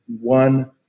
one